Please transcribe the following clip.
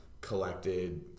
collected